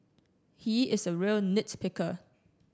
he is a real nit picker